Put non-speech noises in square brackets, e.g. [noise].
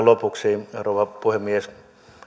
[unintelligible] lopuksi rouva puhemies